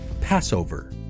Passover